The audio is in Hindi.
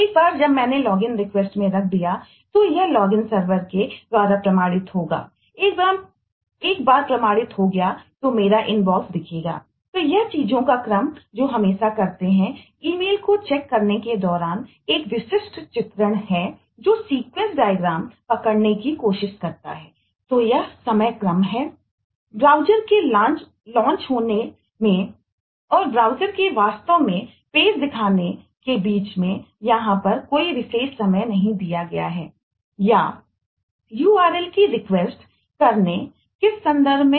एक बार जब मैंने लॉगइन रिक्वेस्ट दिखाने में के बीच में यहां पर कोई विशेष समय नहीं दिया गया है